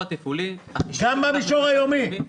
גם במישור היומי.